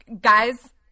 guys